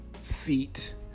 seat